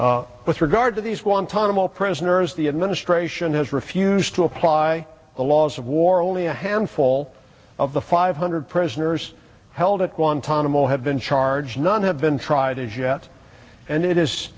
objection with regard to these guantanamo prisoners the administration has refused to apply the laws of war only a handful of the five hundred prisoners held at guantanamo have been charged none have been tried as yet and it is